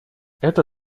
это